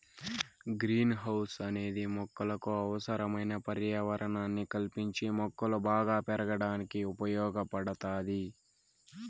green house అనేది మొక్కలకు అవసరమైన పర్యావరణాన్ని కల్పించి మొక్కలు బాగా పెరగడానికి ఉపయోగ పడుతాది